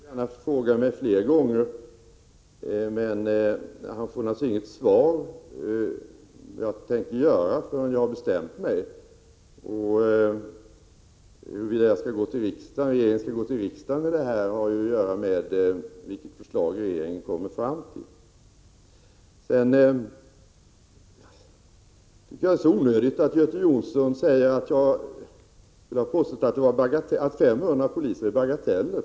Herr talman! Göte Jonsson får gärna fråga mig flera gånger, men han får naturligtvis inget svar beträffande vad jag tänker göra förrän jag har bestämt mig. Huruvida regeringen skall gå till riksdagen med detta eller inte har att göra med vilket förslag regeringen kommer fram till. Jag tycker det är onödigt att Göte Jonsson säger att jag har påstått att 500 poliser är en bagatell.